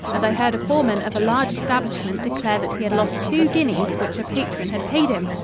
and i heard a foreman of a large establishment declare that he had lost two guineas which a patron had paid him.